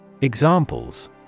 Examples